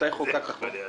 מתי חוקק החוק?